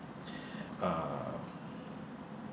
uh